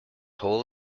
whole